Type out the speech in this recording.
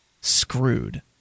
screwed